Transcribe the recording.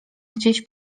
gdzieś